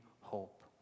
hope